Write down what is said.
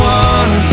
one